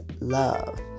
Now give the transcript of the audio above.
love